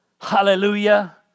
hallelujah